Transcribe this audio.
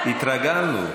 התרגלנו.